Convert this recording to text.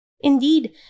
Indeed